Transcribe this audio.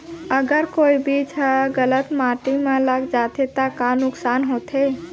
अगर कोई बीज ह गलत माटी म लग जाथे त का नुकसान होथे?